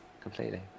Completely